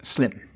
Slim